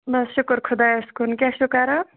بس شُکُر خۄدایس کُن کیٛاہ چھِو کَران